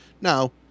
Now